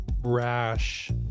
rash